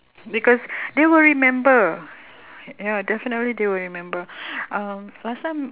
because they will remember ya definitely they will remember um last time